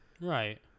Right